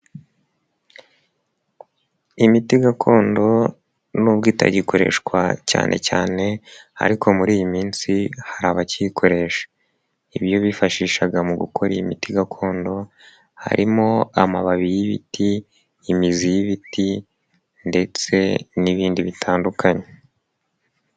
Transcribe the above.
Imiti gakondo n'ubwo itagikoreshwa cyane cyane ariko muri iyi minsi hari abakiyikoresha. Ibyo bifashishaga mu gukora imiti gakondo, harimo amababi y'ibiti, imizi y'ibiti ndetse n'ibindi bitandukanye.